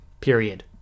Period